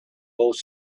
both